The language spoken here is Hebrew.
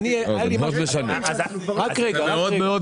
זה משנה מאוד.